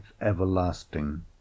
everlasting